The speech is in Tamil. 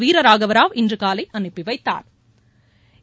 வீரராகவராவ் இன்று காலை அனுப்பி வைத்தாா்